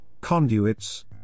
conduits